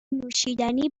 نوشیدنی